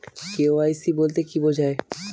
KYC বলতে কি বোঝায়?